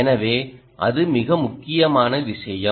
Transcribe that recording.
எனவே அது மிக முக்கியமான விஷயம்